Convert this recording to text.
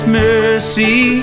mercy